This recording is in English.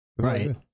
Right